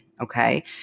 Okay